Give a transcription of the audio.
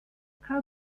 how